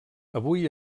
avui